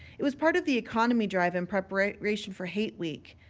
it was part of the economy drive in preparation for hate week.